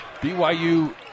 BYU